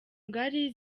ngari